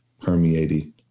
permeated